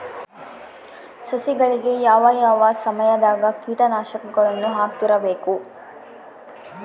ಸಸಿಗಳಿಗೆ ಯಾವ ಯಾವ ಸಮಯದಾಗ ಕೇಟನಾಶಕಗಳನ್ನು ಹಾಕ್ತಿರಬೇಕು?